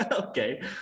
Okay